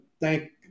thank